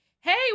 Hey